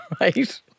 right